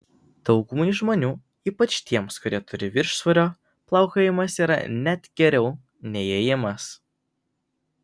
daugumai žmonių ypač tiems kurie turi viršsvorio plaukiojimas yra net geriau nei ėjimas